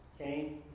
Okay